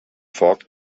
foc